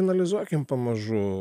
analizuokim pamažu